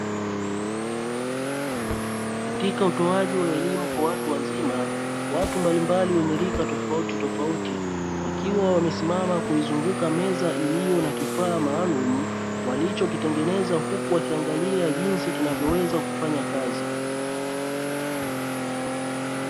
Katika utoaji wa elimu kwa watu wazima, watu mbalimbali wenye rika tofauti tofauti, wakiwa wamesimama kuizunguka meza iliyo na kifaa maalumu walicho kitangeneza huku wakiangalia jinsi kinavyoweza kufanya kazi.